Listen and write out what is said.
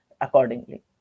accordingly